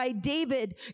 David